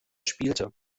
spielte